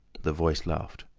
the voice laughed.